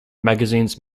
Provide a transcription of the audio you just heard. magazines